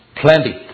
plenty